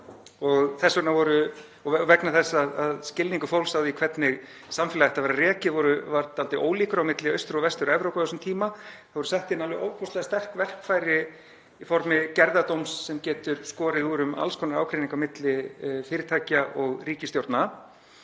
En vegna þess að skilningur fólks á því hvernig samfélög ættu að vera rekin var dálítið ólíkur á milli Austur- og Vestur-Evrópu á þessum tíma voru sett inn alveg ofboðslega sterk verkfæri í formi gerðardóms sem getur skorið úr um alls konar ágreining á milli fyrirtækja og ríkisstjórna,